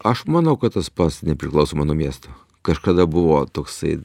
aš manau kad tas pats nepriklausoma nuo miesto kažkada buvo toksai